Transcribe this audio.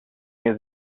new